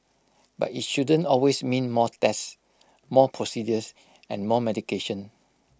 but IT shouldn't always mean more tests more procedures and more medication